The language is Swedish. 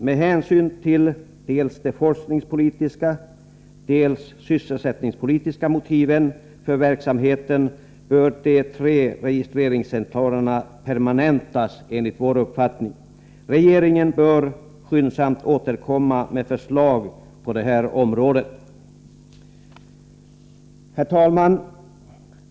Med hänsyn till dels de forskningspolitiska, dels de sysselsättningspolitiska motiven för verksamheten bör de tre registreringscentralerna permanentas, enligt vår uppfattning. Regeringen bör skyndsamt återkomma med förslag på detta område. Herr talman!